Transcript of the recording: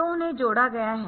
तो उन्हें जोड़ा गया है